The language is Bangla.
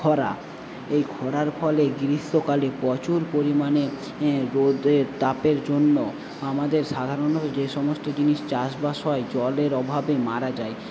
খরা এই খরার ফলে গ্রীষ্মকালে প্রচুর পরিমাণে রোদের তাপের জন্য আমাদের সাধারণ যে সমস্ত জিনিস চাষবাস হয় জলের অভাবে মারা যায়